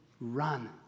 run